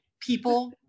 people